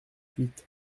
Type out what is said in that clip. huit